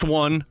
one